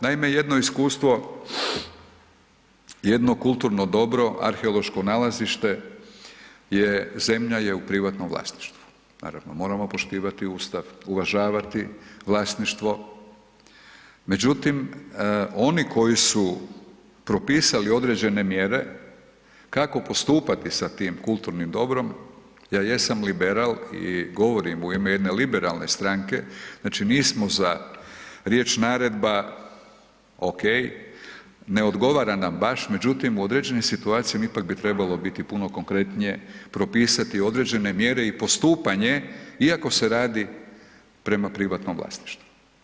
Naime, jedno iskustvo jedno kulturno dobro arheološko nalazište, zemlja je u privatnom vlasništvu, naravno moramo poštivati Ustav, uvažavati vlasništvo, međutim oni koji su propisali određene mjere kako postupati sa tim kulturnim dobrom, ja jesam liberal i govorim u jedne liberalne stranke, znači nismo za riječ naredba, ok, ne odgovara nam baš, međutim u određenim situacijama ipak bi trebalo biti puno konkretnije propisati određene mjere i postupanje iako se radi prema privatnom vlasništvu.